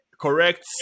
correct